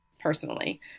personally